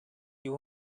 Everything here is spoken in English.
you